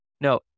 No